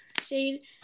shade